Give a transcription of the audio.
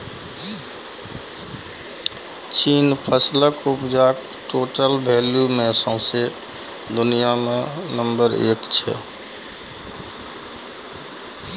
चीन फसलक उपजाक टोटल वैल्यू मे सौंसे दुनियाँ मे नंबर एक छै